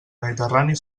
mediterrani